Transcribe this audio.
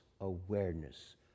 awareness